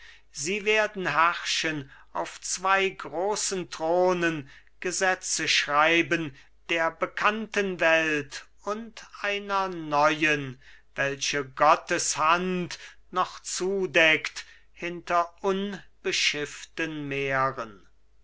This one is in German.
sie werden herrschen auf zwei großen thronen gesetze schreiben der bekannten welt und einer neuen welche gottes hand noch zudeckt hinter unbeschifften meeren